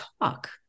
talk